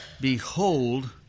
Behold